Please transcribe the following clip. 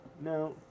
no